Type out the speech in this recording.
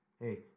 hey